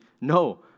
No